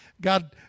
God